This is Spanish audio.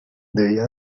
debía